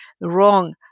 wrong